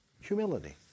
Humility